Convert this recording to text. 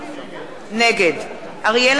נגד אריאל אטיאס,